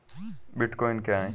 Bitcoin क्या है?